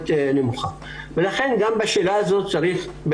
לכן אני חושב שגם ברמה הפוליטית וגם ברמה המקצועית